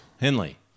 Henley